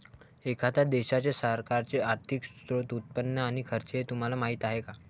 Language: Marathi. एखाद्या देशाच्या सरकारचे आर्थिक स्त्रोत, उत्पन्न आणि खर्च हे तुम्हाला माहीत आहे का